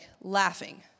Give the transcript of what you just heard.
laughing